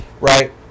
Right